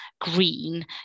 green